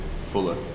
fuller